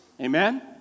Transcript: Amen